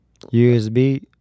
USB